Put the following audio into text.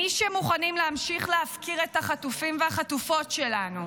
מי שמוכנים להמשיך להפקיר את החטופים והחטופות שלנו,